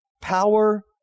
power